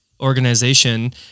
organization